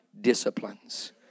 disciplines